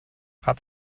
hat